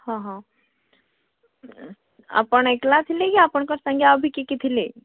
ହଁ ହଁ ଆପଣ୍ ଏକ୍ଲା ଥିଲେ କି ଆପଣଙ୍କର୍ ସାଙ୍ଗେ ଆଉ ବି କିଏ କିଏ ଥିଲେ